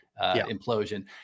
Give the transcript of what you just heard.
implosion